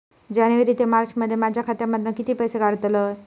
जानेवारी ते मार्चमध्ये माझ्या खात्यामधना किती पैसे काढलय?